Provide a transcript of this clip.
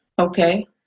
Okay